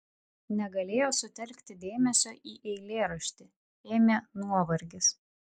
negalėjo sutelkti dėmesio į eilėraštį ėmė nuovargis